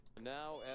Now